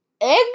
egg